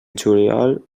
juliol